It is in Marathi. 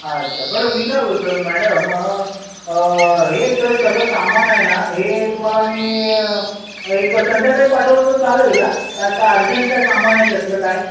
अच्छा बरं मी काय बोलतो मॅडम हे तर सगळं सामान आहे ना हे तुम्हाला मी एक संध्याकाळी पाठवलं तर चालेल का का काही अर्जंट आहे सामान आहे त्यातलं काही